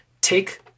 take